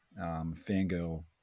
Fangirl